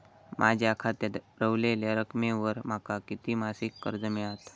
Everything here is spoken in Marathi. माझ्या खात्यात रव्हलेल्या रकमेवर माका किती मासिक कर्ज मिळात?